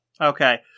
Okay